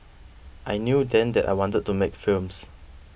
I knew then that I wanted to make films